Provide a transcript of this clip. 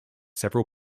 several